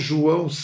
João